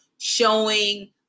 showing